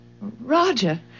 Roger